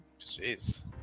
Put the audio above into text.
Jeez